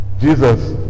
Jesus